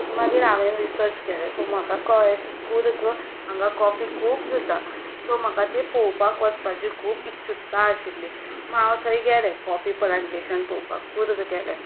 मागीर हांवें रिसर्च केलें सो म्हाका कळ्ळें की कूर्ग हांगा कॉफी खूब जाता सो म्हाका ते पळोवपाक वचपाचें खूब इत्चुक्ता आशिल्ली हांव थंय गेलें कॉफी प्लांटेशन पळोवपाक कूर्ग गेलें